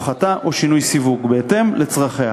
הפחתה או שינוי סיווג בהתאם לצרכיה.